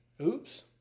Oops